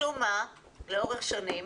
משום מה לאורך שנים